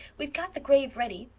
we've got the grave ready.